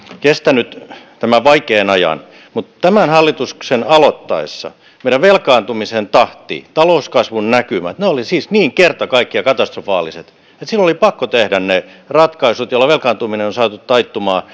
kestänyt tämän vaikean ajan mutta tämän hallituksen aloittaessa meidän velkaantumisen tahti talouskasvun näkymät olivat siis niin kerta kaikkiaan katastrofaaliset että silloin oli pakko tehdä ne ratkaisut joilla velkaantuminen on saatu taittumaan